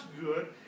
good